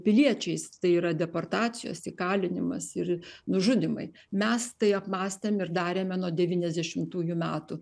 piliečiais tai yra deportacijos įkalinimas ir nužudymai mes tai apmąstėm ir darėme nuo devyniasdešimtųjų metų